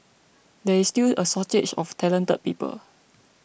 there is still a shortage of talented people